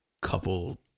couple